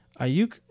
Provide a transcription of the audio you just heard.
Ayuk